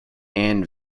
and